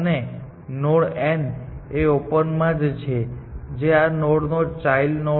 અને node n l 1 એ open માં છે જે આ નોડ નો ચાઈલ્ડ છે